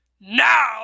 Now